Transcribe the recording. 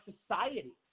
society